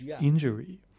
injury